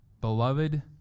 beloved